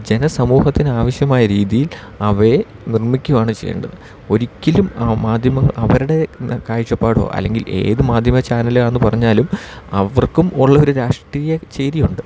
ജനസമൂഹത്തിന് ആവിശ്യമായ രീതിയിൽ അവയെ നിർമ്മിക്കുകയാണ് ചെയ്യേണ്ടത് ഒരിക്കലും ആ മാധ്യമം അവരുടെ കാഴ്ച്ചപ്പാടോ അല്ലെങ്കിൽ ഏതു മാധ്യമ ചാനലാണെന്നു പറഞ്ഞാലും അവർക്കും ഉള്ളൊരു രാഷ്ട്രീയ ചേരിയുണ്ട്